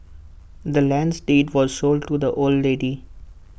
the land's deed was sold to the old lady